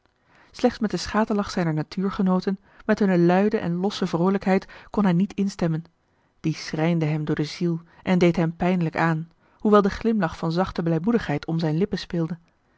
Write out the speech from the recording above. slechts met den schaterlach zijner natuurgenooten met hunne luide en losse vroolijkheid kon hij niet instemmen die schrijnde hem door de ziel en deed hem pijnlijk aan hoewel de glimlach van zachte blijmoedigheid om zijne lippen speelde